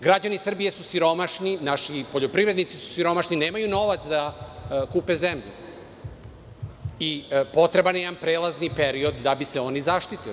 Građani Srbije su siromašni, naši poljoprivrednici su siromašni, nemaju novac da kupe zemlju i potreban je jedan prelazni period da bi se oni zaštitili.